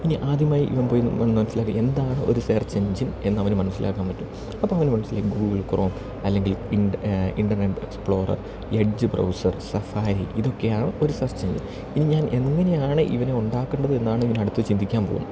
ഇനി ആദ്യമായി ഇവൻ പോയി മനസ്സിലാക്കി എന്താണ് ഒരു സെർച്ച് എഞ്ചിൻ എന്നവന് മനസ്സിലാക്കാൻ പറ്റും അപ്പം അവന് മനസ്സിലായി ഗൂഗിൾ ക്രോം അല്ലെങ്കിൽ internet explorer edge browser safari ഇതൊക്കെയാണ് ഒരു സെർച്ച് എഞ്ചിൻ ഇനി ഞാൻ എങ്ങനെയാണ് ഇവനെ ഉണ്ടാക്കേണ്ടത് എന്നാണ് ഇവൻ അടുത്ത ചിന്തിക്കാൻ പോകുന്ന്